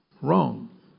Wrong